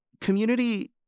community